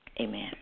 Amen